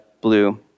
blue